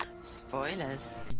Spoilers